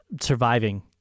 surviving